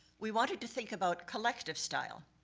we wanted to think about collective style.